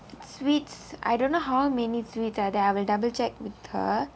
sweets I don't know how many sweets are there I will double check with her